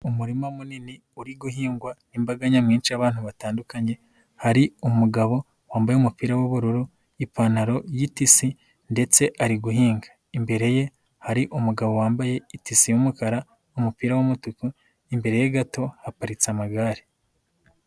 Umurima munini uri guhingwa n'imbaga nyamwinshi y'abantu batandukanye hari umugabo wambaye umupira w'ubururu, ipantaro y'itisi ndetse ari guhinga, imbere ye hari umugabo wambaye itisi y'umukara, umupira w'umutuku, imbere ye gato haparitse amagare.